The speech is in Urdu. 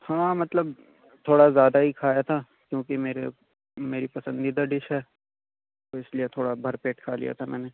ہاں مطلب تھوڑا زیادہ ہی کھایا تھا کیونکہ میرے میری پسندیدہ ڈش ہے تو اِس لیے تھوڑا بھر پیٹ کھا لیا تھا میں نے